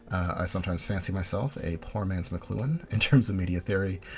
i sometimes fancy myself a poor man's mcluhan, in terms of media theory.